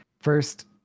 first